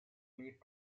need